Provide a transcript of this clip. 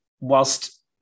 whilst